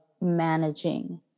managing